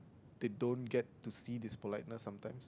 they don't get to see this politeness sometimes